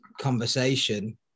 conversation